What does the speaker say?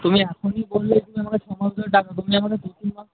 তুমি এখনই বললে তুমি আমাকে ছমাস ধরে টাকা তুমি আমাকে দু তিন মাস